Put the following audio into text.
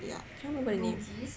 ya can't remember the name